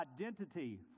identity